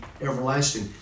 everlasting